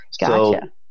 Gotcha